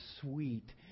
sweet